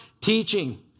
teaching